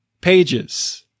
pages